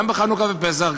גם בחנוכה ופסח,